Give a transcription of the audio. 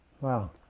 wow